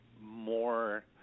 more